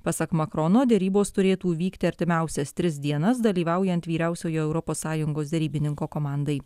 pasak makrono derybos turėtų vykti artimiausias tris dienas dalyvaujant vyriausiojo europos sąjungos derybininko komandai